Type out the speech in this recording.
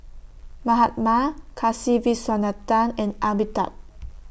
Mahatma Kasiviswanathan and Amitabh